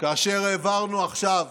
כאשר העברנו עכשיו